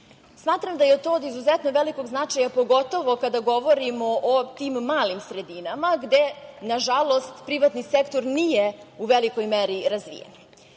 sektoru. Smatram da je to od izuzetno velikog značaja, pogotovo kada govorimo o tim malim sredinama, gde, nažalost, privatni sektor nije u velikoj meri razvijen.